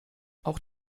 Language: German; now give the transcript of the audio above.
auch